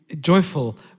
joyful